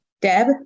Deb